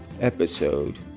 episode